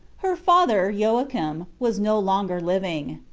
her father, joachim, was no longer living.